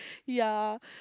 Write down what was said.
yeah